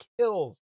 kills